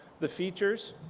the features,